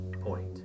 point